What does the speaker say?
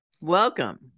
Welcome